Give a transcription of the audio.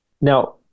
Now